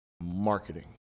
marketing